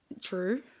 True